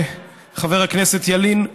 חבר הכנסת ילין,